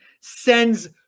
sends